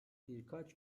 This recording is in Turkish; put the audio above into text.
birkaç